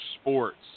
sports